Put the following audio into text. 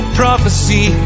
prophecy